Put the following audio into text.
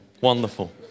Wonderful